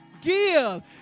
Give